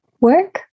work